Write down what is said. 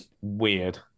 weird